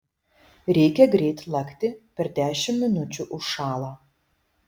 reikia greit lakti per dešimt minučių užšąla